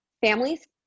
families